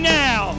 now